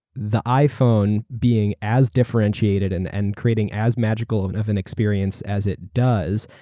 the iphone being as differentiated and and creating as magical of an of an experience as it does,